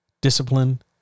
Discipline